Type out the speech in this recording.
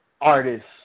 artists